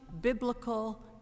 Biblical